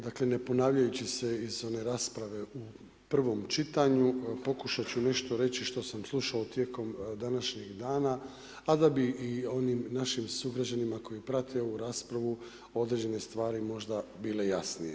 Dakle, ne ponavljajući se iz one rasprave u prvom čitanju, pokušat ću nešto reći što sam slušao tijekom današnjeg dana a da bi i onim našim sugrađanima koji prate ovu raspravu, određene stvari možda bile jasnije.